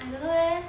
I don't know leh